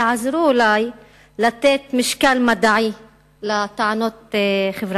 אולי יעזרו לתת משקל מדעי לטענות חברתיות.